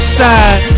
side